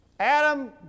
Adam